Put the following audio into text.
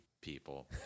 people